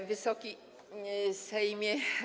Wysoki Sejmie!